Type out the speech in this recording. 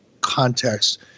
context